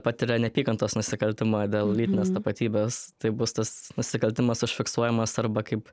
patiria neapykantos nusikaltimą dėl lytinės tapatybės tai bus tas nusikaltimas užfiksuojamas arba kaip